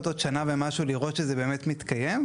עוד שנה ומשהו לראות שזה באמת מתקיים,